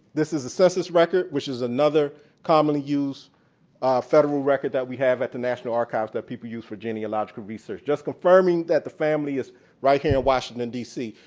this is a census record, which is another commonly used federal record that we have at the national archives that people use for genealogical research. just confirming that the family is right here in washington, d c.